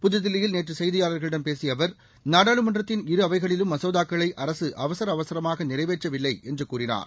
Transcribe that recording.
புதுதில்லியில் நேற்று செய்தியாளர்களிடம் பேசிய அவர் நாடாளுமன்றத்தின் இரு அவைகளிலும் மசோதாக்களை அரசு அவசர அவசரமாக நிறைவேற்றவில்லை என்று கூறினார்